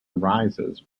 arises